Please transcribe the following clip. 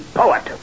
poet